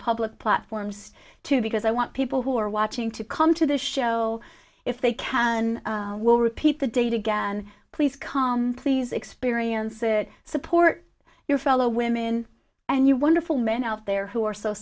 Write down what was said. public platforms too because i want people who are watching to come to the show if they can and will repeat the date again please come please experience it support your fellow women and you wonderful men out there who are so